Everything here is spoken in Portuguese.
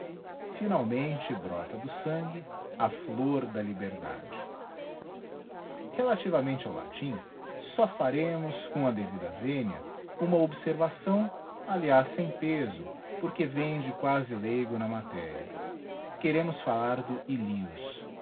finalmente brota do sangue a flor da liberdade relativamente ao latim só faremos com a devida vénia uma observação aliás sem peso porque vem de quasi leigo na matéria queremos fallar do iuius